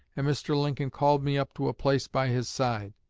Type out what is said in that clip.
and mr. lincoln called me up to a place by his side.